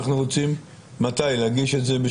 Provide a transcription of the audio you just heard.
אנחנו רוצים להגיש את זה, מתי?